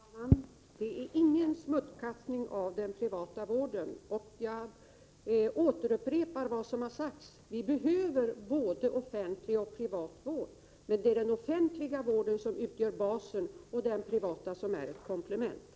Herr talman! Det är ingen smutskastning av den privata vården. Jag upprepar vad som har sagts: Vi behöver både offentlig och privat vård, men det är den offentliga vården som utgör basen och den privata som är komplementet.